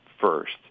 first